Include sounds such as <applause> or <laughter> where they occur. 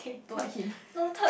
don't like him <laughs>